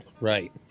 Right